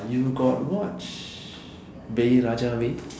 you got watch Vai Raja Vai raajaa vai